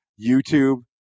YouTube